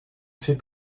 fait